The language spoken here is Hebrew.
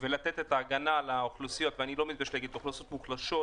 ולתת את ההגנה לאוכלוסיות ואני לא מתבייש להגיד לאוכלוסיות מוחלשות,